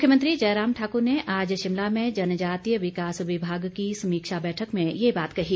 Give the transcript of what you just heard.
मुख्यमंत्री जयराम ठाकर ने आज शिमला में जनजातीय विकास विभाग की समीक्षा बैठक में ये बात कही